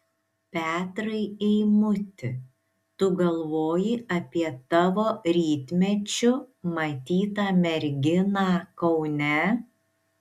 petrai eimuti tu galvoji apie tavo rytmečiu matytą merginą kaune